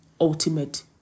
ultimate